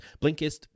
Blinkist